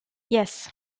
yes